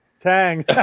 Tang